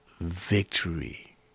victory